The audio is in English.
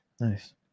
nice